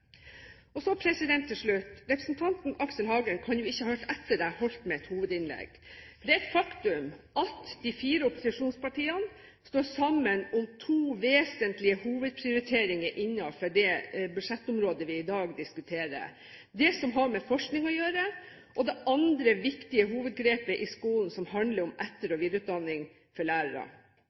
Så til slutt: Representanten Aksel Hagen kan ikke ha hørt etter da jeg holdt mitt hovedinnlegg. Det er et faktum at de fire opposisjonspartiene står sammen om to vesentlige hovedprioriteringer innenfor det budsjettområdet vi i dag diskuterer: det som har med forskning å gjøre, og det andre viktige hovedgrepet i skolen som handler om etter- og videreutdanning for lærere.